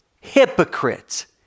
hypocrites